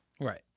right